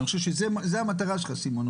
אני חושב שזו המטרה שלך, סימון.